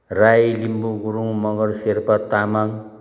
Rai Limbu Gurung Magar Sherpa Tamang